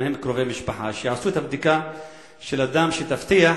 והם בני-משפחה: שיעשו את בדיקת הדם שתבטיח